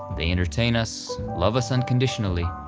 they entertain us, love us unconditionally,